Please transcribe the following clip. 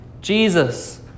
Jesus